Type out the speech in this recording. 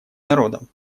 народом